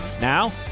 Now